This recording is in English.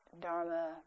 Dharma